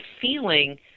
feeling